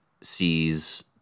sees